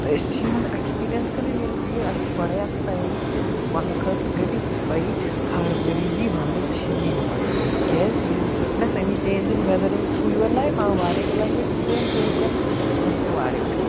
تہٕ أسۍ چھِ یِمَن اٮ۪کٕسپیٖرینٕس کَران ییٚلہِ یہِ اَسہِ چھِ گۄڈَے آسان تیٲری تھٔوۍمٕتۍ ونٛدٕ خٲطرٕ کٔرِتھ یہِ چھِ پَیی ہر ؤری یی ونٛدٕ چھی یی یِوان کیٛازِ you witness any change in weather through your life آ واریاہ کٕلایمیٹ چھِ یِوان چینٛج کَرنہٕ وۄنۍ چھِ مےٚ واریاہ وٕچھمُت